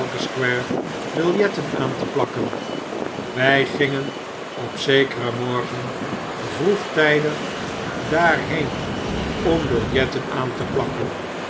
square biljetten aan te plakken wij gingen op zekeren morgen vroegtijdig daarheen om biljetten aan te plakken